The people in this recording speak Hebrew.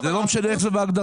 זה לא משנה איך זה בהגדרה.